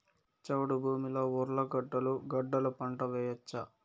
చౌడు భూమిలో ఉర్లగడ్డలు గడ్డలు పంట వేయచ్చా?